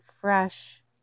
fresh